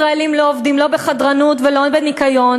ישראלים לא עובדים לא בחדרנות ולא בניקיון,